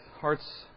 hearts